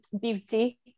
beauty